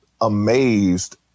amazed